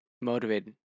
motivated